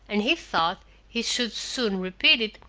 and he thought he should soon repeat it,